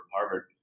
Harvard